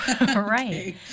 Right